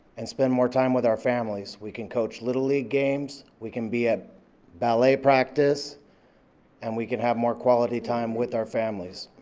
and spend more time with our families. we can coach little league games. we can be at ballet practice and we can have more quality time with our families.